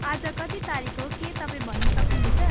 आज कति तारिक हो के तपाईँ भन्न सक्नुहुन्छ